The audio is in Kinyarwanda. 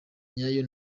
nyayo